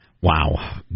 Wow